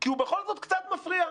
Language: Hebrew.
כי הוא בכל זאת קצת מפריע.